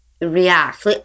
react